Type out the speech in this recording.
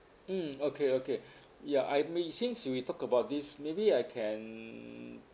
mm okay okay ya I mean since we talk about this maybe I can